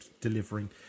delivering